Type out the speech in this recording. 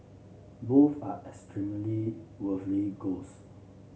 both are extremely worthy goals